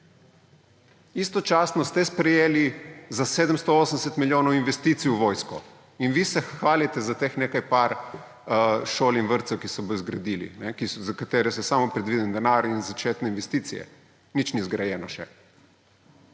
Istočasno ste sprejeli za 780 milijonov investicij v vojsko. In vi se hvalite za teh nekaj par šol in vrtcev, ki se bodo zgradili, za katere ste samo predvideli denar in začetne investicije. Nič ni izgrajeno še.